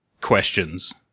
questions